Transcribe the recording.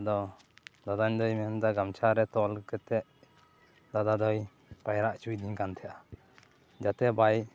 ᱟᱫᱚ ᱫᱟᱫᱟᱧ ᱫᱚᱭ ᱢᱮᱱ ᱮᱫᱟ ᱜᱟᱢᱪᱷᱟ ᱨᱮ ᱛᱚᱞ ᱠᱟᱛᱮ ᱫᱟᱫᱟ ᱫᱚᱭ ᱯᱟᱭᱨᱟ ᱚᱪᱚᱭᱮᱫᱤᱧ ᱠᱟᱱ ᱛᱟᱦᱮᱸᱜᱼᱟ ᱡᱟᱛᱮ ᱵᱟᱭ